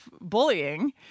bullying